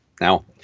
now